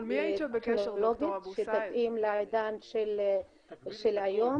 טכנולוגית, שתתאים לעידן של היום.